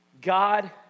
God